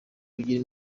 kugira